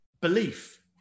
belief